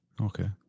Okay